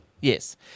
Yes